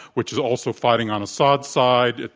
which is also fighting on assad's side.